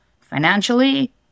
financially